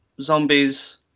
zombies